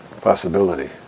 possibility